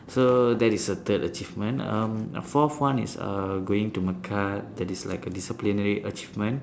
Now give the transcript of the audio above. so that is the third achievement um fourth one is uh going to mecca that is like a disciplinary achievement